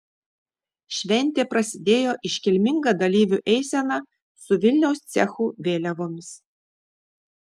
šventė prasidėjo iškilminga dalyvių eisena su vilniaus cechų vėliavomis